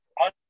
on